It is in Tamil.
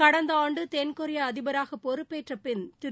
கடந்த ஆண்டு தென்கொரியா அதிபராக பொறுப்பேற்ற பின் திரு